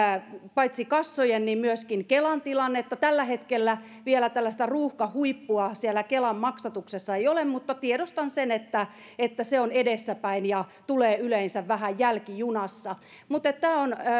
paitsi kassojen myöskin kelan tilannetta tällä hetkellä vielä tällaista ruuhkahuippua kelan maksatuksessa ei ole mutta tiedostan sen että että se on edessäpäin ja tulee yleensä vähän jälkijunassa tämä on